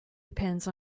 depends